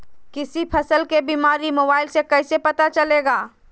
किसी फसल के बीमारी मोबाइल से कैसे पता चलेगा?